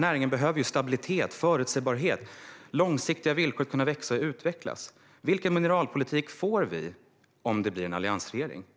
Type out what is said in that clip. Näringen behöver stabilitet, förutsägbarhet och långsiktiga villkor för att kunna växa och utvecklas. Vilken mineralpolitik får vi om det blir en alliansregering?